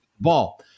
ball